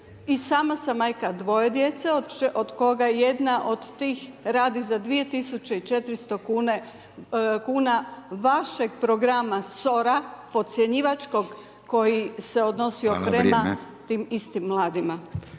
I sama sam majka dvoje djece od koga jedna od tih radi za 2400 kuna vašeg programa SOR-a, podcjenjivačkog koji se odnosio prema tim istim mladima.